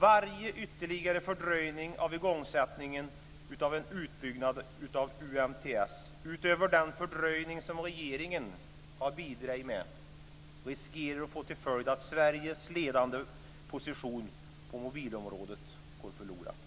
Varje ytterligare fördröjning av igångsättningen av en utbyggnad av UMTS, utöver den fördröjning som regeringen har bidragit med, riskerar att få till följd att Sveriges ledande position på mobilområdet går förlorad.